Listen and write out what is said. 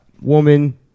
woman